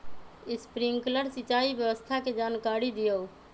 Sprinkler सिंचाई व्यवस्था के जाकारी दिऔ?